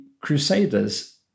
Crusaders